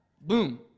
Boom